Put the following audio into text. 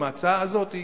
עם ההצעה הזאת,